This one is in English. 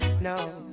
No